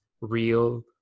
real